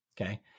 okay